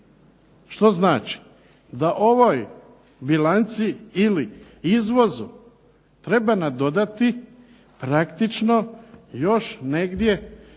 Što znači da ovoj bilanci ili izvozu treba nadodati praktično još negdje